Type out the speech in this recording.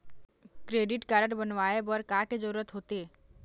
Credit card बनवाए बर का के जरूरत होते?